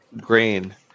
grain